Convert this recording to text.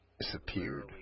Disappeared